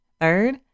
Third